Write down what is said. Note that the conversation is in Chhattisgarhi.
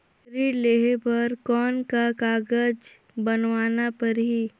ऋण लेहे बर कौन का कागज बनवाना परही?